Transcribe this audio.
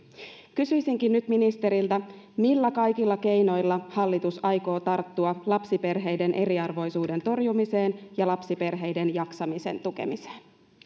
kysyisinkin nyt ministeriltä millä kaikilla keinoilla hallitus aikoo tarttua lapsiperheiden eriarvoisuuden torjumiseen ja lapsiperheiden jaksamisen tukemiseen